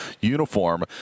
uniform